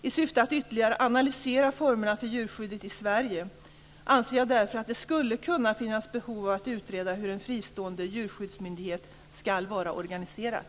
I syfte att ytterligare analysera formerna för djurskyddet i Sverige anser jag därför att det skulle kunna finnas behov av att utreda hur en fristående djurskyddsmyndighet ska vara organiserad.